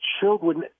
children